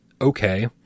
okay